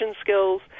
skills